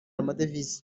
amadevize